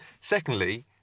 Secondly